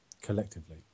Collectively